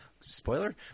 spoiler